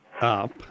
up